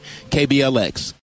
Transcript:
KBLX